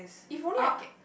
if only I get